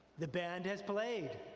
the band has played.